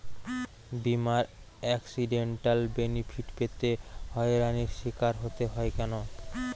বিমার accidental benefit পেতে হয়রানির স্বীকার হতে হয় কেন?